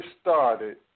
started